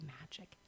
magic